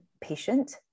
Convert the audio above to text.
patient